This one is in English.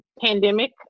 pandemic